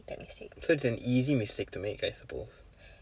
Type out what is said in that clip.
so it's an easy mistake to make I suppose